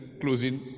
closing